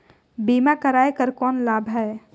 बीमा कराय कर कौन का लाभ है?